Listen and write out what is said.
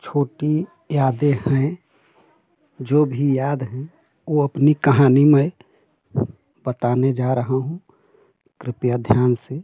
छोटी यादें हैं जो भी याद हैं वह अपनी कहानी मैं बताने जा रहा हूँ कृपया ध्यान से